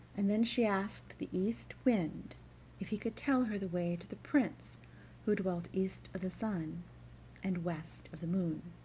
and then she asked the east wind if he could tell her the way to the prince who dwelt east of the sun and west of the moon.